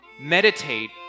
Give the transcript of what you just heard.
meditate